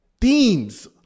themes